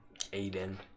Aiden